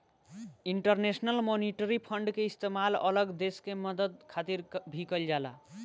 international Monetary Fund के इस्तेमाल अलग देश के मदद खातिर भी कइल जाला